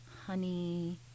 honey